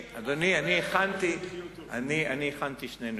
אני הכנתי שני נאומים.